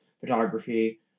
photography